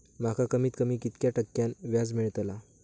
माका कमीत कमी कितक्या टक्क्यान व्याज मेलतला?